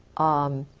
umm.